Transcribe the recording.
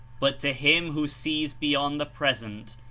but to him, who sees beyond the present,